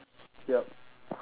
yup